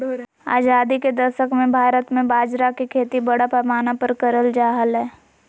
आजादी के दशक मे भारत मे बाजरा के खेती बड़ा पैमाना पर करल जा हलय